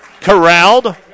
corralled